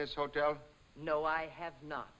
this hotel know i have no